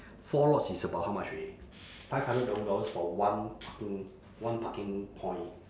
four lots is about how much already five hundred over dollars for one parking one parking point